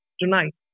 tonight